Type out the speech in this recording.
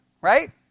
right